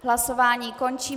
Hlasování končím.